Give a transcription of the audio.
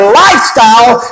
lifestyle